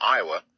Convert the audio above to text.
Iowa